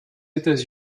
états